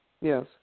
Yes